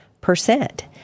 percent